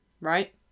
right